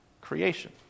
creation